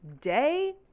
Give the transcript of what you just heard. day